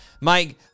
Mike